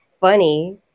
Funny